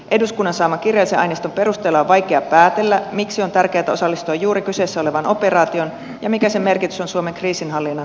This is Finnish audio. eduskunnan saaman kirjallisen aineiston perusteella on vaikea päätellä miksi on tärkeätä osallistua juuri kyseessä olevaan operaatioon ja mikä sen merkitys on suomen kriisinhallinnan kokonaisuudelle